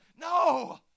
No